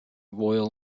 royal